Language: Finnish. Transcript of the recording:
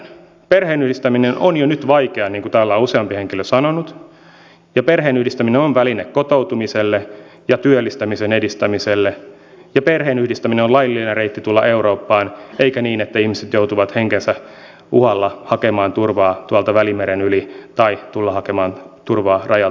perheenyhdistäminen on jo nyt vaikeaa niin kuin täällä on useampi henkilö sanonut ja perheenyhdistäminen on väline kotoutumiselle ja työllistämisen edistämiselle ja perheenyhdistäminen on laillinen reitti tulla eurooppaan eikä niin että ihmiset joutuvat henkensä uhalla hakemaan turvaa tuolta välimeren yli tai tulemaan hakemaan turvaa rajalta turvapaikanhakijoina